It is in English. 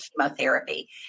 chemotherapy